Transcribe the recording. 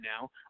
now